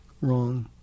wrong